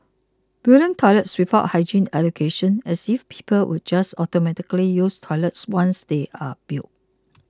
building toilets without hygiene education as if people would just automatically use toilets once they're built